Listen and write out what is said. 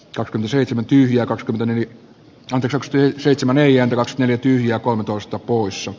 rhseitsemän tyhjää katkotuin rokstyi seitsemän eija koski oli tyhjä kolmentoista puussa